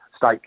state